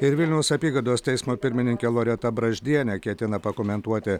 ir vilniaus apygardos teismo pirmininkė loreta braždienė ketina pakomentuoti